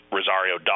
Rosario